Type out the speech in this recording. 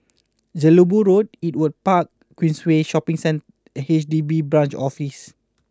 Jelebu Road Ewart Park Queensway Shopping Centre H D B Branch Office